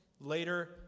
later